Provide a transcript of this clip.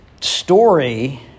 story